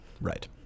Right